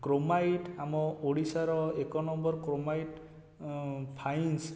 chromite ଆମ ଓଡ଼ିଶାର ଏକ ନମ୍ବର କ୍ରୋମାଇଟ୍ ଫାଇନ୍ସ